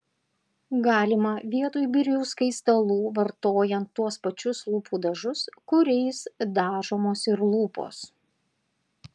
galima vietoj birių skaistalų vartojant tuos pačius lūpų dažus kuriais dažomos ir lūpos